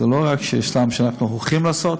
לא רק סתם אנחנו הולכים לעשות,